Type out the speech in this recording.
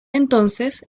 entonces